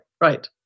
right